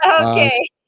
Okay